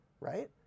right